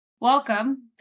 Welcome